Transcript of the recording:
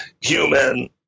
human